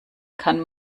kann